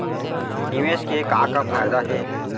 निवेश के का का फयादा हे?